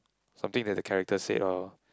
something that the character said or